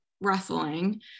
wrestling